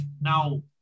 now